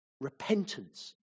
repentance